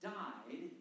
died